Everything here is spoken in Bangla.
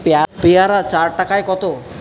পেয়ারা চার টায় কত?